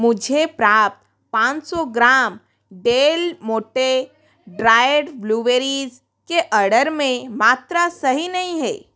मुझे प्राप्त पाँच सौ gram Del Monte dried blueberries के अर्डर में मात्रा सही नहीं है